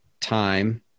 time